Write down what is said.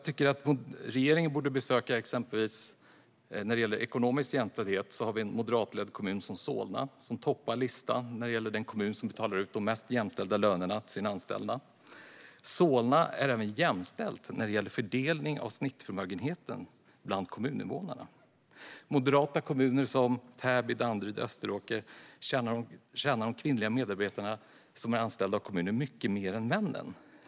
När det gäller ekonomisk jämställdhet tycker jag att regeringen borde besöka den moderatledda kommunen Solna som toppar listan över kommuner som betalar ut de mest jämställda lönerna till sina anställda. Solna är även jämställt när det gäller fördelningen av snittförmögenheten bland kommuninvånarna. I moderata kommuner som Täby, Danderyd och Österåker tjänar de kvinnliga medarbetare som är anställda av kommunen mycket mer än männen.